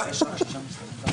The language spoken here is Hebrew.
אגב,